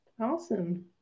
Awesome